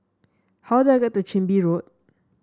how do I get to Chin Bee Road